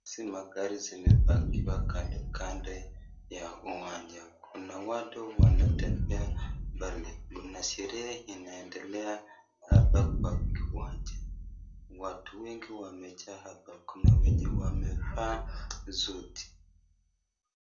Hizi magari zimepakiwa kando kando ya uwanja, kuna watu wanatembea pale. Kuna sherehe inaendelea hapa kwa kiwanja. Watu wengi wamejaa hapa, kuna wenye wamevaa suti